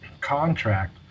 contract